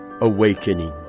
awakening